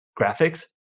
graphics